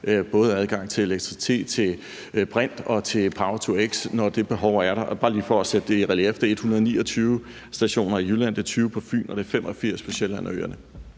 både adgang til elektricitet, til brint og til power-to-x, når det behov er der? Og for bare lige at sætte det i relief er det 129 stationer i Jylland, det er 20 på Fyn, og det er 85 på Sjælland og øerne.